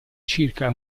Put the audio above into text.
circa